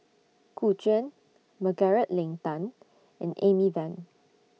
Gu Juan Margaret Leng Tan and Amy Van